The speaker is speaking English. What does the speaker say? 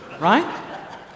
right